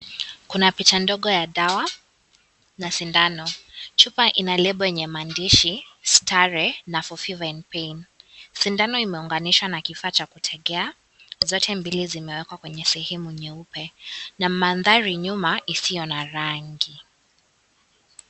Kuna picha ndogo ya dawa na sindano, chupa ina (CS)label(CS)yenye maandishi . Sindano imeunganishwa na kifaa cha kutegea zote mbili zimeekwa mwenye sehemu nyeupe na mandhari nyuma isiyo na rangi.